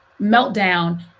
meltdown